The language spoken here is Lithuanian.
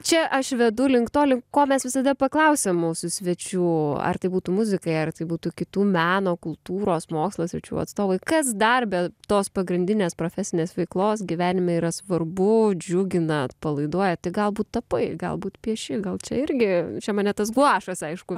čia aš vedu link to link ko mes visada paklausiam mūsų svečių ar tai būtų muzikai ar tai būtų kitų meno kultūros mokslo sričių atstovai kas dar be tos pagrindinės profesinės veiklos gyvenime yra svarbu džiugina atpalaiduoja tai galbūt tapai galbūt pieši gal čia irgi čia mane tas guašas aišku